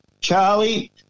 Charlie